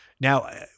now